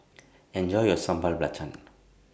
Enjoy your Sambal Belacan